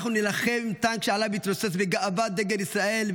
אנחנו נילחם עם טנק שעליו מתנוסס בגאווה דגל ישראל,